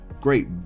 great